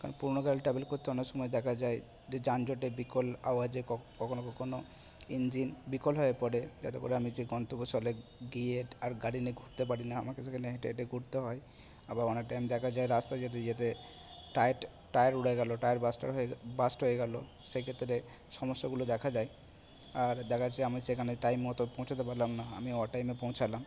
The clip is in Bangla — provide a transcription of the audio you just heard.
কারণ পুরোনো গাড়িতে ট্যাভেল করতে অনেক সময় দেখা যায় যে যানজটের বিকল আওয়াজে কখনো কখনো ইঞ্জিন বিকল হয়ে পড়ে যাতে করে আমি সেই গন্তব্যস্থলে গিয়ে আর গাড়ি নিয়ে ঘুরতে পারি না আমাকে সেখানে হেঁটে হেঁটে ঘুরতে হয় আবার অনেক টাইম দেখা যায় রাস্তায় যেতে যেতে টায়েট টায়ার উড়ে গেল টায়ার বাস্টার হয়ে টায়ার বাস্ট হয়ে গেল সেই ক্ষেত্রে সমস্যাগুলো দেখা দেয় আর দেখা যাচ্ছে আমি সেখানে টাইম মতো পৌঁছতে পারলাম না আমি অটাইমে পৌঁছালাম